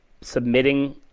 submitting